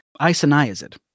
isoniazid